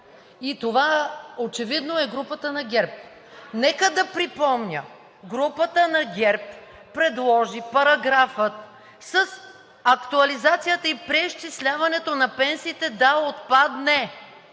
и това очевидно е групата на ГЕРБ. Нека да припомня: групата на ГЕРБ предложи параграфът с актуализацията и преизчисляването на пенсиите да отпадне.